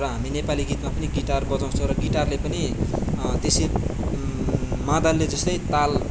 र हामी नेपाली गीतमा पनि गिटार बजाउँछौँ र गिटारले पनि त्यसरी मादलले जस्तै ताल